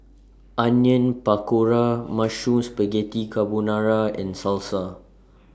Onion Pakora Mushroom Spaghetti Carbonara and Salsa